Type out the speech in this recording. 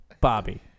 Bobby